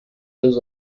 jeux